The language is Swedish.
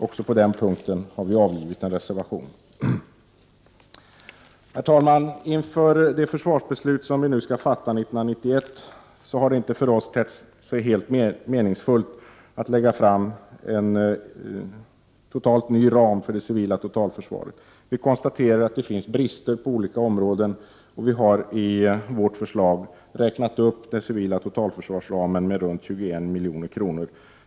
Även på den punkten har vi avgivit en reservation. Herr talman! Det har för oss inte tett sig helt meningsfullt att lägga fram en totalt ny ram för det civila totalförsvaret inför det försvarsbeslut som vi nu skall fatta. Vi konstaterar att det finns brister på olika områden, och vi har i vårt förslag räknat upp den civila totalförsvarsramen med ungefär 21 milj.kr.